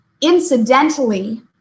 incidentally